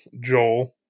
Joel